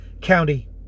County